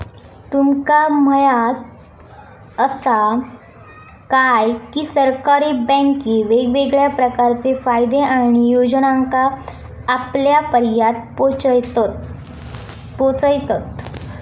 तुमका म्हायत आसा काय, की सरकारी बँके वेगवेगळ्या प्रकारचे फायदे आणि योजनांका आपल्यापर्यात पोचयतत